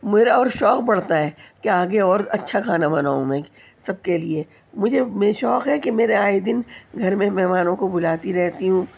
میرا اور شوق بڑھتا ہے کہ آگے اور اچھا کھانا بناؤں میں سب کے لیے مجھے میں شوق ہے کہ میرے آئے دن گھر میں مہمانوں کو بلاتی رہتی ہوں